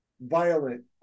violent